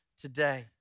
today